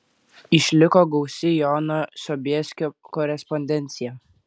išliko gausi jono sobieskio korespondencija